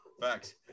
Facts